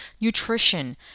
nutrition